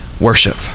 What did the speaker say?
worship